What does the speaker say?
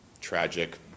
tragic